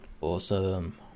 Awesome